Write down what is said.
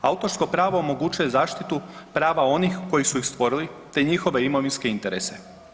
Autorsko pravo omogućuje zaštitu prava onih koji su ih stvorili te njihove imovinske interese.